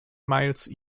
miles